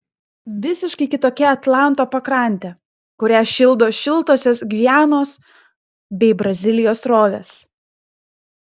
visiškai kitokia atlanto pakrantė kurią šildo šiltosios gvianos bei brazilijos srovės